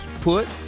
put